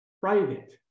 private